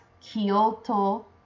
Kyoto